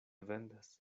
vendas